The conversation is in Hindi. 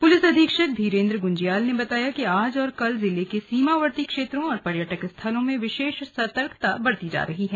पुलिस अधीक्षक धीरेन्द्र गुंज्याल ने बताया कि आज और कल जिले के सीमावर्ती क्षेत्रों और पर्यटक स्थलों में विशेष सतर्कता बरती जा रही है